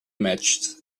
matched